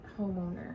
homeowner